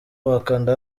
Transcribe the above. wakanda